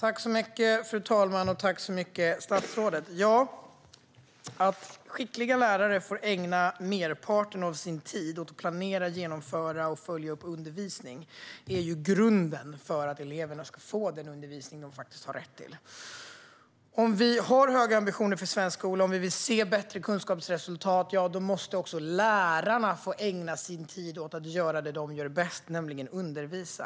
Fru talman! Tack så mycket, statsrådet, för svaret! Ja, att skickliga lärare får ägna merparten av sin tid åt att planera, genomföra och följa upp undervisning är ju grunden för att eleverna ska få den undervisning som de faktiskt har rätt till. Om vi har höga ambitioner för svensk skola och vill se bättre kunskapsresultat, ja då måste också lärarna få ägna sin tid åt att göra det som de gör bäst, nämligen undervisa.